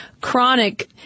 chronic